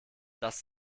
das